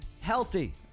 Healthy